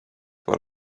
what